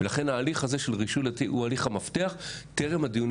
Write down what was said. לכן ההליך הזה של רישוי הוא הליך המפתח טרם הדיונים